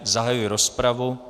Zahajuji rozpravu.